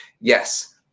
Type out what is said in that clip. Yes